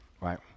right